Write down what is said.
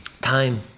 Time